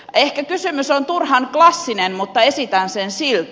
ehkä kysymys on turhan klassinen mutta esitän sen silti